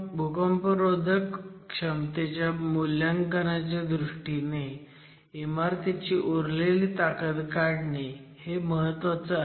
भूकंपरोधक क्षमतेच्या मूल्यांकनाच्या दृष्टीने इमारतीची उरलेली ताकद काढणे हे महत्वाचं आहे